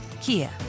Kia